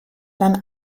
dann